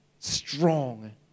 strong